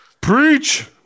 Preach